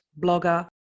blogger